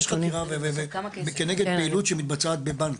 נגיד שיש חקירה כנגד פעילות שמתבצעת בבנק,